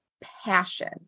passion